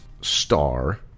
star